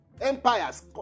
empires